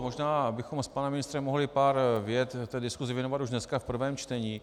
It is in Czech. Možná bychom s panem ministrem mohli pár vět v diskusi věnovat už dneska v prvém čtení.